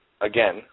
again